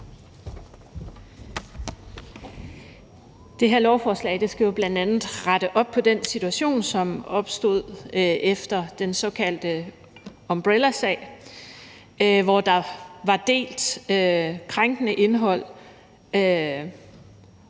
Det her lovforslag skal jo bl.a. rette op på den situation, som opstod efter den såkaldte Umbrellasag, hvor der var delt krænkende indhold